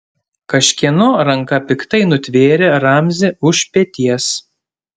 kažkieno ranka piktai nutvėrė ramzį už peties